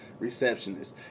receptionists